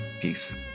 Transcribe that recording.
Peace